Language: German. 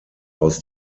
aus